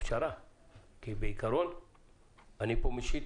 כי בעיקרון אני פה משית